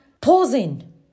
pausing